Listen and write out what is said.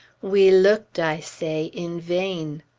we looked, i say, in vain.